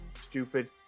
stupid